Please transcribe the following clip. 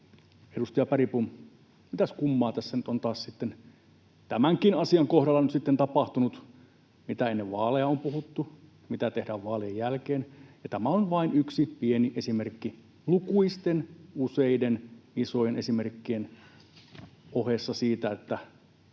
edustaja Bergbom: Mitäs kummaa tässä nyt on taas tämänkin asian kohdalla nyt sitten tapahtunut? Mitä ennen vaaleja on puhuttu, mitä tehdään vaalien jälkeen? Ja tämä on vain yksi pieni esimerkki lukuisten, useiden, isojen esimerkkien ohessa siitä, että